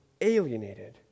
alienated